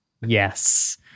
yes